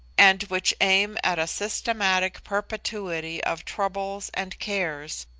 and which aim at a systematic perpetuity of troubles, and cares,